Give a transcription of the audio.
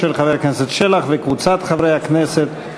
של חבר הכנסת שלח וקבוצת חברי הכנסת,